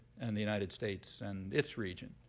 and the united states and its region.